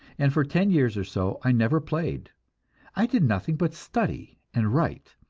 and for ten years or so i never played i did nothing but study and write.